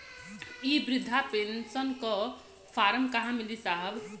इ बृधा पेनसन का फर्म कहाँ मिली साहब?